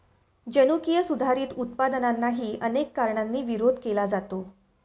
जनुकीय सुधारित उत्पादनांनाही अनेक कारणांनी विरोध केला जातो